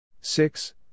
Six